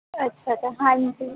ਅੱਛਾ ਅੱਛਾ ਹਾਂਜੀ